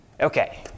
Okay